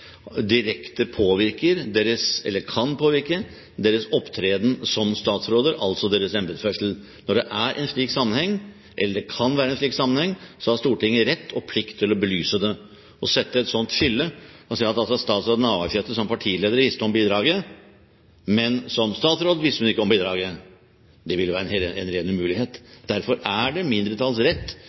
direkte påvirker, eller kan påvirke, deres opptreden som statsråder, altså deres embetsførsel. Når det er en slik sammenheng, eller kan være en slik sammenheng, har Stortinget rett og plikt til å belyse det. Å sette et slikt skille og si at statsråd Navarsete som partileder visste om bidraget, men som statsråd visste hun ikke om det, ville vært en ren umulighet. Derfor er det mindretallets rett